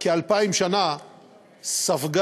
כ-2,000 שנה ספגה